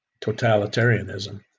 totalitarianism